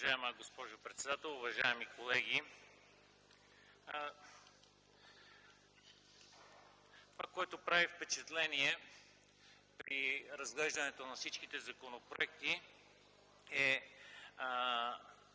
Уважаема госпожо председател, уважаеми колеги! Това, което прави впечатление при разглеждането на всичките законопроекти, е